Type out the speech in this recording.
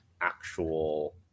actual